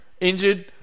Injured